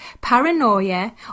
paranoia